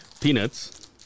peanuts